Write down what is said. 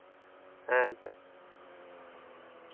ᱦᱮᱸᱛᱚ